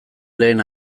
lehen